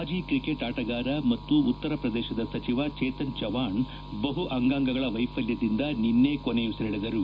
ಮಾಜಿ ಕ್ರಿಕೆಟ್ ಆಟಗಾರ ಮತ್ತು ಉತ್ತರ ಪ್ರದೇಶದ ಸಚಿವ ಚೇತನ್ ಚವಾಣ್ ಬಹು ಅಂಗಾಂಗಗಳ ವೈಫಲ್ಯದಿಂದ ನಿನ್ನೆ ಕೊನೆಯುಸಿರೆಳೆದರು